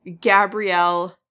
Gabrielle